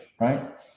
right